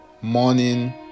morning